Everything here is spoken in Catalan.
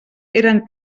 eren